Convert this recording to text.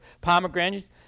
pomegranates